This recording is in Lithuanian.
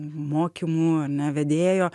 mokymų ane vedėjo